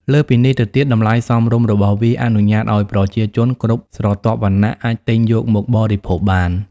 លើសពីនេះទៅទៀត តម្លៃសមរម្យ របស់វាអនុញ្ញាតឲ្យប្រជាជនគ្រប់ស្រទាប់វណ្ណៈអាចទិញយកមកបរិភោគបាន។